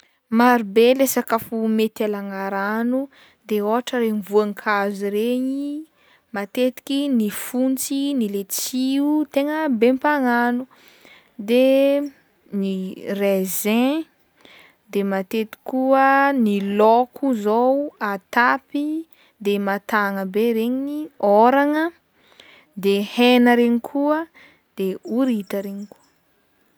Marobe le sakafo mety alagna rano de ôhatra regny voankazo regny matetiky ny fontsy, ny letchi o tegna be mpagnano de ny raisin de matety koa ny laoko zao atapy de mahatagna be, regny ôragna de hena regny koa de horita regny koa.